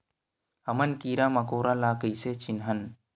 हमन कीरा मकोरा ला कइसे चिन्हन?